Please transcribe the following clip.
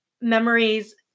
memories